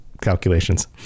calculations